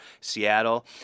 Seattle